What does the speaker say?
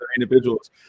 individuals